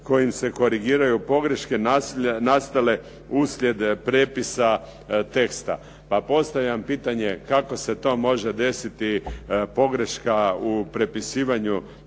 kojim se korigiraju pogreške nastale uslijed prepisa teksta. Pa postavljam pitanje, kako se to može desiti pogreška u prepisivanju teksta